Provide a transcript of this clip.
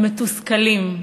הם מתוסכלים,